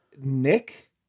Nick